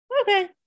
okay